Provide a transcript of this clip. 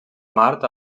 mart